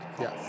Yes